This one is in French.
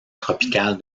tropicale